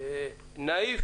אדוני,